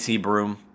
Broom